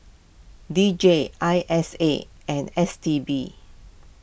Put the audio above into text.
D J I S A and S T B